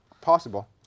possible